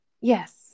Yes